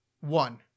One